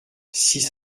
six